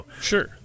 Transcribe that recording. Sure